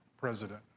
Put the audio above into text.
president